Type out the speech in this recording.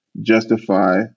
justify